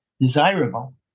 desirable